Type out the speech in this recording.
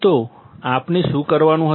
તો આપણે શું કરવાનું હતું